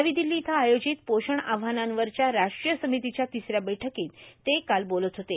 नवी दिल्लो इथं आयोजित पोषण आव्हानांवरच्या राष्ट्रीय र्सामतीच्या र्यातसऱ्या बैठकांत ते काल बोलत होते